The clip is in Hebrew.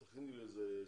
תכיני לי הסתייגות,